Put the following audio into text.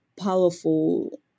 powerful